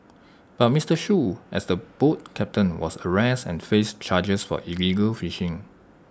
but Mister Shoo as the boat captain was arrested and faced charges for illegal fishing